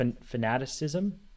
fanaticism